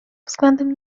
względem